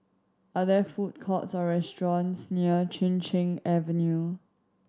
are there food courts or restaurants near Chin Cheng Avenue